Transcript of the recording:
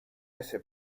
ese